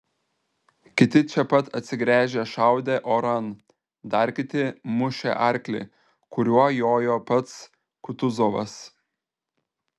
kiti čia pat atsigręžę šaudė oran dar kiti mušė arklį kuriuo jojo pats kutuzovas